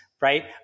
right